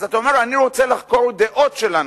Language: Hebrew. אז אתה אומר: אני רוצה לחקור דעות של אנשים,